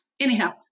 Anyhow